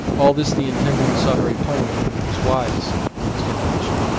all this the intendant saw very plainly, and he was wise in his generation.